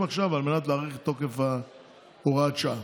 עכשיו על מנת להאריך את תוקף הוראת השעה.